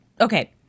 Okay